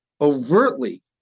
overtly